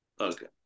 Okay